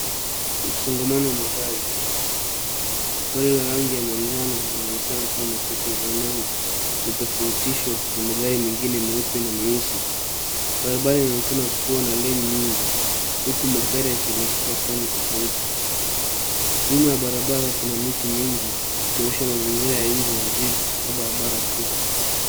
Msongamano wa magari. Gari la rangi ya manjano linaonekana kama Tote ya zamani na tofautishwa na magari mengine meupe na meusi. Barabara inaonekana kuwa na laini nyingi, huku magari yakielekea pande tofauti. Nyuma ya barabara kuna miti mingi, ikionyesha mazingira ya nje ya jiji au barabara kuu.